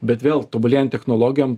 bet vėl tobulėjant technologijom